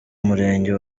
umurenge